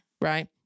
right